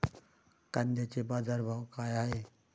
कांद्याचे बाजार भाव का हाये?